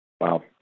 Wow